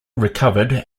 recovered